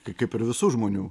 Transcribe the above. kaip ir visų žmonių